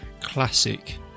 classic